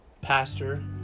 pastor